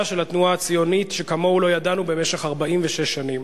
של התנועה הציונית שכמוהו לא ידענו במשך 46 שנים,